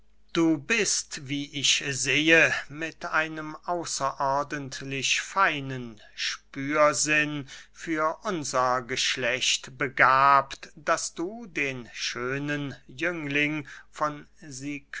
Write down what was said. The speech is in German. du bist wie ich sehe mit einem außerordentlich feinen spürsinn für unser geschlecht begabt daß du den schönen jüngling von